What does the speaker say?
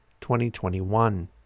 2021